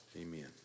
Amen